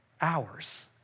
hours